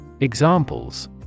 Examples